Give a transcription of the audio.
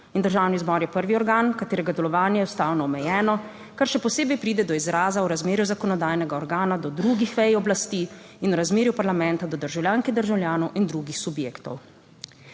državni zbor je prvi organ, katerega delovanje je ustavno omejeno, kar še posebej pride do izraza v razmerju zakonodajnega organa do drugih vej oblasti in v razmerju parlamenta do državljank in državljanov in drugih subjektov.